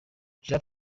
jean